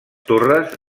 torres